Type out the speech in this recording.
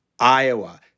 Iowa